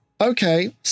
okay